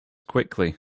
quickly